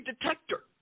detector